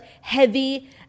heavy